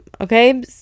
okay